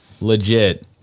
legit